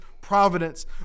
providence